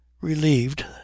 relieved